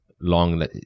long